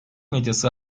medyası